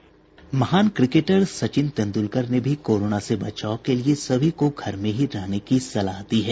महान क्रिकेटर सचिन तेंदुलकर ने भी कोरोना से बचाव के लिए सभी को घर में ही रहने की सलाह दी है